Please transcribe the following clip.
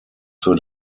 für